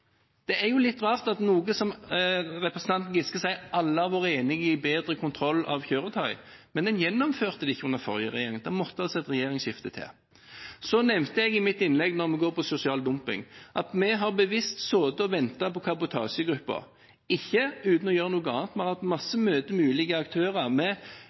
det skulle skje. Det er jo litt rart når representanten Giske sier at alle har vært enige om bedre kontroll av kjøretøy, at en ikke gjennomførte det under den forrige regjeringen. Det måtte altså et regjeringsskifte til. Når det gjelder sosial dumping, nevnte jeg i mitt innlegg at vi bevisst har sittet og ventet på kabotasjegruppen, men ikke uten å gjøre noe annet. Vi har hatt masse møter med ulike aktører, med